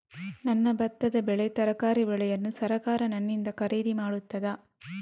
ನನ್ನ ಭತ್ತದ ಬೆಳೆ, ತರಕಾರಿ ಬೆಳೆಯನ್ನು ಸರಕಾರ ನನ್ನಿಂದ ಖರೀದಿ ಮಾಡುತ್ತದಾ?